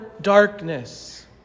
darkness